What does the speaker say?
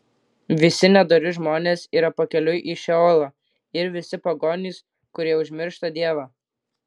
visi nedori žmonės yra pakeliui į šeolą ir visi pagonys kurie užmiršta dievą